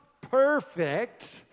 perfect